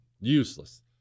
Useless